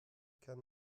can